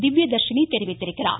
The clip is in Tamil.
திவ்ய தர்ஷினி தெரிவித்துள்ளார்